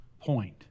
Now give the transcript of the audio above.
point